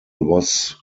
was